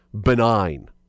benign